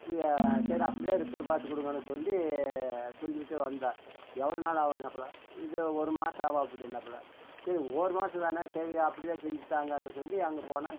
சரி அப்படிதான் ரிப்பர் பார்த்து கொடுங்கன்னு சொல்லி சொல்லிகிட்டு வந்தேன் எவ்வளோ நாள் ஆகன்னாப்புல இது ஒரு மாசம் ஆகும் அப்படின்னாப்புல சரி ஒரு மாசம் தானே சரி அப்படிதான் செஞ்சுத்தாங்கன்னு சொல்லி அங்கே போனால்